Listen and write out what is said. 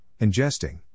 ingesting